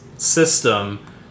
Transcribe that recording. system